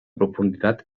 profunditat